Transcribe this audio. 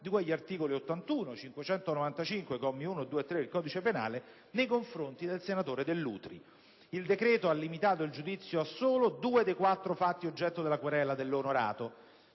di cui agli articoli 81 e 595, commi 1, 2 e 3, del codice penale nei confronti del senatore Dell'Utri. Il decreto ha limitato il giudizio a solo due dei quattro fatti oggetto della querela dell'Onorato.